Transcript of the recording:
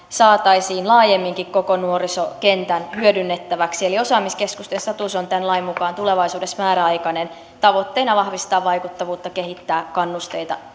saataisiin laajemminkin koko nuorisokentän hyödynnettäväksi eli osaamiskeskusten status on tämän lain mukaan tulevaisuudessa määräaikainen tavoitteena vahvistaa vaikuttavuutta kehittää kannusteita